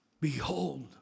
Behold